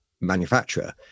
manufacturer